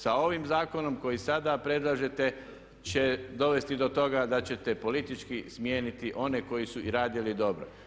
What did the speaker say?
Sa ovim zakonom koji sada predlažete će dovesti do toga da ćete politički smijeniti one koji su radili dobro.